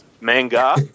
Manga